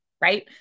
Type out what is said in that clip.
Right